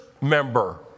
member